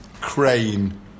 Crane